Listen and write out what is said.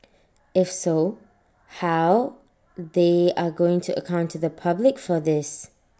if so how they are going to account to the public for this